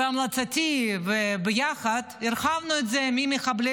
בהמלצתי וביחד הרחבנו את זה ממחבלי